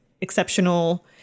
exceptional